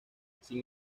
sin